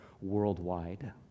worldwide